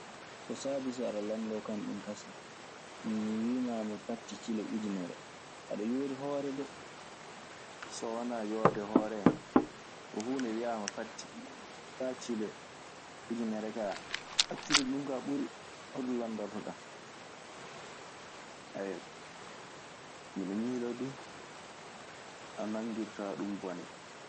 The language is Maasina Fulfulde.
Ko saabii so aɗe landoo kan ɗun kasen. Mi wii maama patii cile ujunere. Aɗe yoori hoore dee.